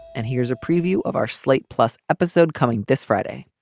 and here's a preview of our slate plus episode coming this friday